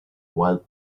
wild